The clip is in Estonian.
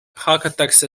hakatakse